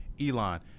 Elon